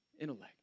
intellect